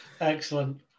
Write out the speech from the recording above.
excellent